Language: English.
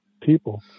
people